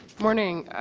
morning.